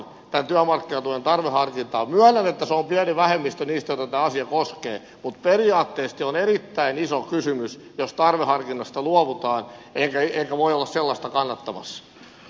myönnän että he ovat pieni vähemmistö niistä joita tämä asia koskee mutta periaatteellisesti on erittäin iso kysymys jos tarveharkinnasta luovutaan enkä voi olla sellaista kannattamassa